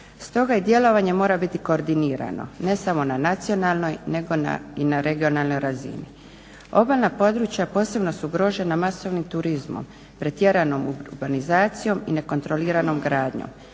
Stoga i djelovanje mora biti koordinirano ne samo na nacionalnoj nego i na regionalnoj razini. Obalna područja posebno su ugrožena masovnim turizmom, pretjeranom urbanizacijom i nekontroliranom gradnjom,